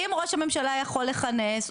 אם ראש הממשלה יכול לכנס,